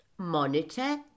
Monitor